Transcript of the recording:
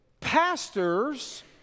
pastors